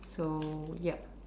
so yup